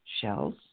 shells